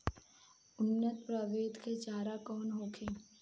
उन्नत प्रभेद के चारा कौन होखे?